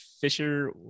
fisher